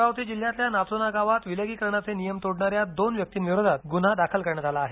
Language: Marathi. अमरावती जिल्ह्यातल्या नाचोना गावात विलगीकरणाचे नियम तोडणाऱ्या दोन व्यक्तींविरोधात गुन्हा दाखल करण्यात आला आहे